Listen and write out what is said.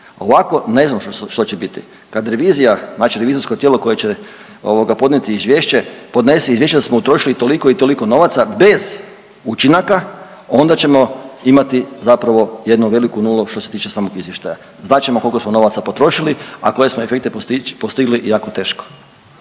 Ovako ne znam što će biti. Kad revizija, znači revizorsko tijelo koje će ovoga podnijeti izvješće, podnese izvješće da smo utrošili toliko i toliko novaca bez učinaka onda ćemo imati zapravo jednu veliku nulu što se tiče samog izvještaja. Znat ćemo koliko smo novaca potrošili, a koje smo efekte postigli jako teško.